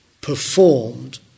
performed